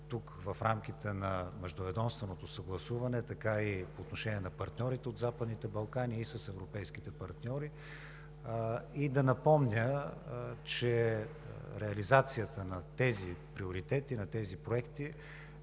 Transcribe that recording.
тук, в рамките на междуведомственото съгласуване, така и по отношение на партньорите от Западните Балкани, а и с европейските партньори. Ще напомня, че реализацията на тези приоритети, на тези проекти,